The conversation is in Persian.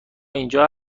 اینجا